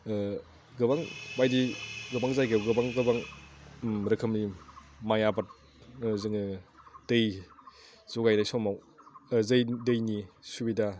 गोबां बायदि गोबां जायगायाव गोबां गोबां रोखोमनि माइ आबाद जोङो दै जगायनाय समाव जै दैनि सुबिदा